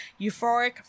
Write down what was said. Euphoric